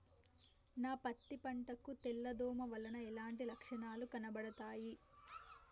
నా పత్తి పంట కు తెల్ల దోమ వలన ఎలాంటి లక్షణాలు కనబడుతాయి?